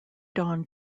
dawn